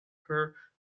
her